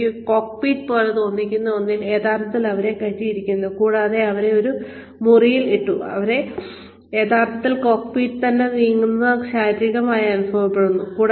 ഒരു കോക്ക്പിറ്റ് പോലെ തോന്നിക്കുന്ന ഒന്നിൽ യഥാർത്ഥത്തിൽ അവരെ കയറ്റിയിരിക്കുന്നു കൂടാതെ അവരെ ഒരു മുറിയിൽ ഇട്ടു യഥാർത്ഥത്തിൽ കോക്ക്പിറ്റ് തന്നെ നീങ്ങുന്നുവെന്ന് അവർക്ക് ശാരീരികമായി അനുഭവപ്പെടുന്നു